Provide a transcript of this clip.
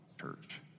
church